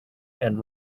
and